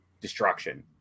destruction